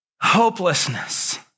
hopelessness